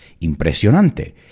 impresionante